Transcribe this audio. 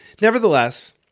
Nevertheless